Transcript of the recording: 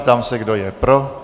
Ptám se, kdo je pro.